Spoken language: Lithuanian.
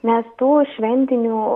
nes to šventinio